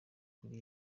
kuri